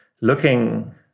looking